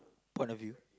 point of view